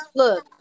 look